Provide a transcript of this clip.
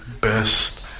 best